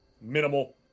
Minimal